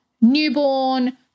newborn